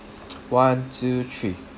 one two three